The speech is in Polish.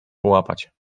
połapać